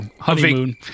honeymoon